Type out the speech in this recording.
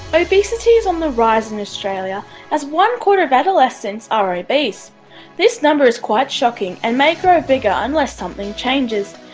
obesity is on the rise in australia, as one-quarter of adolescents are obese. this number is quite shocking and may grow bigger unless something changes.